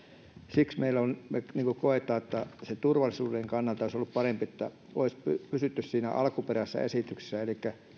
siksi me koemme että turvallisuuden kannalta olisi ollut parempi että olisi pysytty siinä alkuperäisessä esityksessä elikkä siinä että